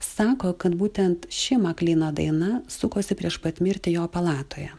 sako kad būtent ši maklyno daina sukosi prieš pat mirtį jo palatoje